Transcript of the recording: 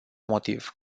motiv